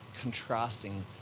contrasting